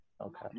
okay